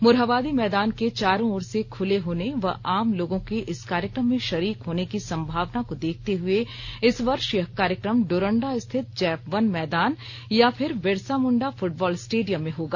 मोरहाबादी मैदान के चारो ओर से खुले होने व आम लोगों के इस कार्यक्रम में शरीक होने की संभावना को देखते हुए इस वर्ष यह कार्यक्रम डोरंडा स्थित जैप वन मैदान या फिर बिरसा मुंडा फूटबॉल स्टेडियम में होगा